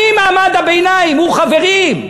אני, מעמד הביניים, הוא, חברים.